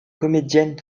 comédienne